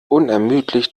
unermüdlich